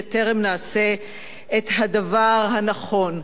בטרם נעשה את הדבר הנכון.